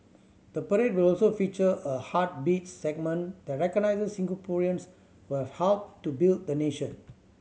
the parade will also feature a Heartbeats segment that recognises Singaporeans who have helped to build the nation